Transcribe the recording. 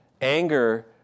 anger